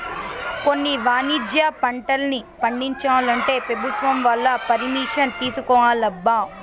కొన్ని వాణిజ్య పంటల్ని పండించాలంటే పెభుత్వం వాళ్ళ పరిమిషన్ తీసుకోవాలబ్బా